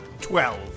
Twelve